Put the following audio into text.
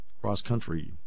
cross-country